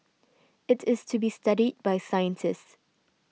it is to be studied by scientists